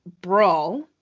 brawl